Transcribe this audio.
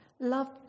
love